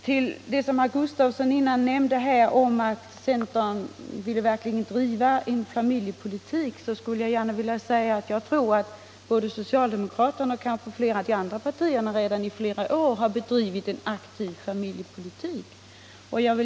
Med anledning av vad herr Gustavsson i Alvesta nämnde om att centern verkligen vill driva en familjepolitik skulle jag gärna vilja säga att både socialdemokraterna och andra partier i flera år har drivit en aktiv familjepolitik.